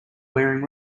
wearing